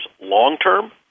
long-term